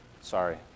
sorry